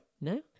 No